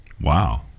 Wow